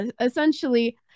essentially